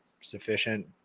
sufficient